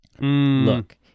Look